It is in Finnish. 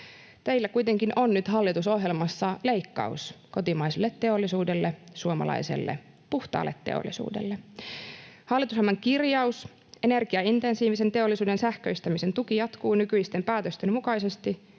Teillä kuitenkin on nyt hallitusohjelmassa leikkaus kotimaiselle teollisuudelle, suomalaiselle puhtaalle teollisuudelle. Hallitusohjelman kirjaus ”energiaintensiivisen teollisuuden sähköistämisen tuki jatkuu nykyisten päätösten mukaisesti